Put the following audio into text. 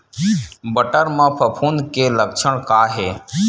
बटर म फफूंद के लक्षण का हे?